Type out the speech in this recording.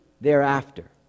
thereafter